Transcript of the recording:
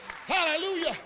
Hallelujah